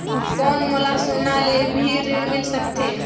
कौन मोला सोना ले भी ऋण मिल सकथे?